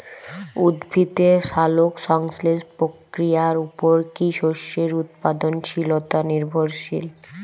উদ্ভিদের সালোক সংশ্লেষ প্রক্রিয়ার উপর কী শস্যের উৎপাদনশীলতা নির্ভরশীল?